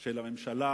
של הממשלה